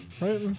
right